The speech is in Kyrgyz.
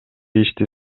ишти